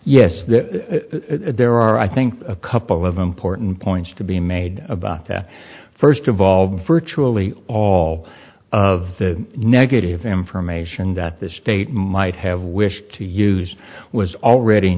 yes there are i think a couple of important points to be made about that first of all virtually all of the negative information that the state might have wished to use was already